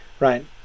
Right